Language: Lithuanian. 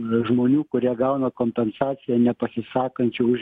žmonių kurie gauna kompensaciją nepasisakančių už